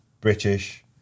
British